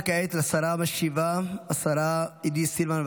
וכעת לשרה המשיבה, השרה עידית סילמן.